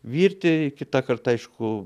virti kitąkart aišku